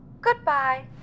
Goodbye